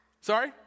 Sorry